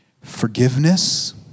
Forgiveness